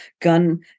gun